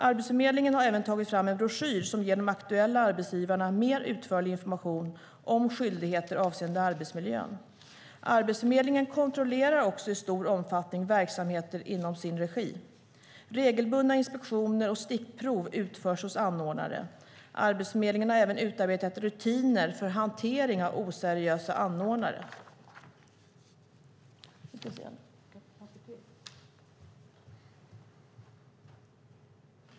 Arbetsförmedlingen har även tagit fram en broschyr som ger de aktuella arbetsgivarna mer utförlig information om skyldigheter avseende arbetsmiljön. Arbetsförmedlingen kontrollerar också i stor omfattning verksamheter inom sin regi. Regelbundna inspektioner och stickprov utförs hos anordnare. Arbetsförmedlingen har även utarbetat rutiner för hantering av oseriösa anordnare.